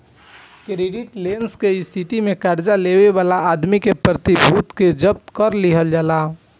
credit less के स्थिति में कर्जा लेवे वाला आदमी के प्रतिभूति के जब्त कर लिहल जाला